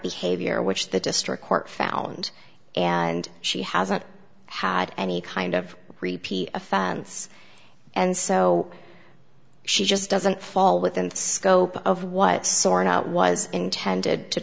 behavior which the district court found and she hasn't had any kind of repeat offense and so she just doesn't fall within the scope of what sort out was intended to